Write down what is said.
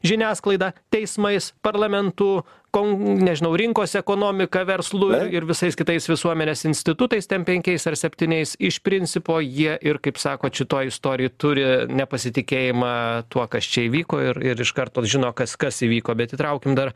žiniasklaida teismais parlamentu ko nežinau rinkos ekonomika verslu ir visais kitais visuomenės institutais ten penkiais ar septyniais iš principo jie ir kaip sakot šitoj istorijoj turi nepasitikėjimą tuo kas čia įvyko ir ir iš karto žino kas kas įvyko bet įtraukim dar